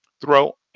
throw